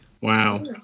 Wow